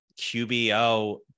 QBO